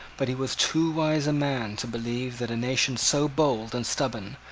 but he was too wise a man to believe that a nation so bold and stubborn,